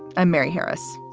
i'm mary harris.